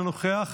מוותר,